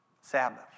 Sabbath